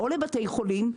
או לבתי חולים,